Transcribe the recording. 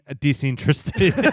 Disinterested